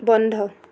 বন্ধ